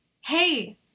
Hey